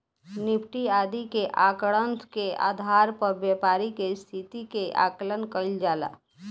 Nifty आदि के आंकड़न के आधार पर व्यापारि के स्थिति के आकलन कईल जाला